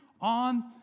on